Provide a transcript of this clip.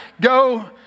go